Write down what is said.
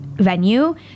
Venue